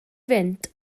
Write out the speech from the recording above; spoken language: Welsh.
fynd